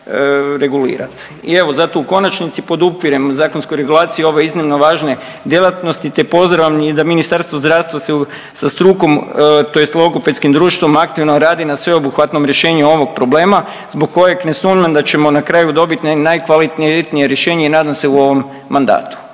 I evo zato u konačnici podupirem zakonsku regulaciju ove iznimno važne djelatnosti te pozdravljam da Ministarstvo zdravstva se sa strukom tj. logopedskim društvom aktivno radi na sveobuhvatnom rješenju ovog problema zbog kojeg ne sumnjam da ćemo na kraju dobiti najkvalitetnije rješenje i nadam se u ovom mandatu.